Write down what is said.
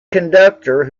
conductor